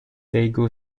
daegu